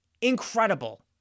incredible